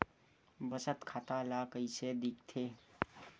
बचत खाता ला कइसे दिखथे?